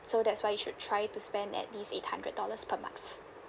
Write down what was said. so that's why you should try to spend at least eight hundred dollars per month